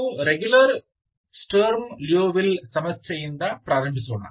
ನಾವು regular Sturm Liouville ಸಮಸ್ಯೆಯಿಂದ ಆರಂಭಿಸೋಣ